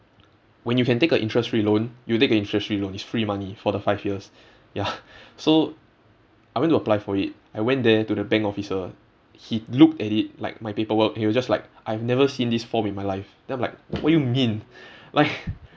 when you can take a interest free loan you take the interest free loan is free money for the five years ya so I went to apply for it I went there to the bank officer he looked at it like my paperwork he was just like I've never seen this form in my life then I'm like what you mean like